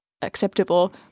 acceptable